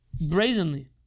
brazenly